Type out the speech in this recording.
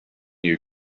you